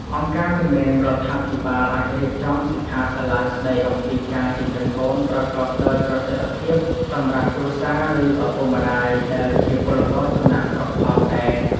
អង្គការមិនមែនរដ្ឋាភិបាលអាចរៀបចំសិក្ខាសាលាស្ដីអំពីការចិញ្ចឹមកូនប្រកបដោយប្រសិទ្ធភាពសម្រាប់គ្រួសារ ឬឪពុកម្ដាយដែលជាពលករចំណាកស្រុកផងដែរ។